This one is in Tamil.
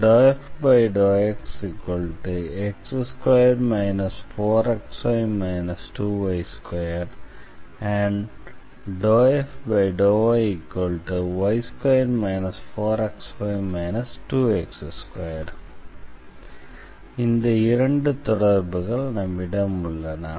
∂f∂xx2 4xy 2y2 ∂f∂yy2 4xy 2x2 எனவே இந்த இரண்டு தொடர்புகள் நம்மிடம் உள்ளன